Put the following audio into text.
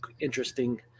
interesting